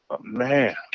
Man